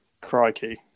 crikey